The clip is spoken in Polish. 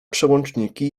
przełączniki